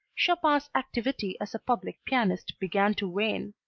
chopin's activity as a public pianist began to wane.